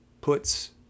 puts